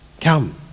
Come